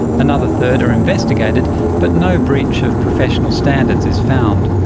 another third are investigated but no breach of professional standards is found.